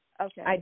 Okay